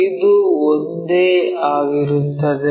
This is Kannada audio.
ಇದು ಒಂದೇ ಆಗಿರುತ್ತದೆ